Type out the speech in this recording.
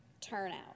turnout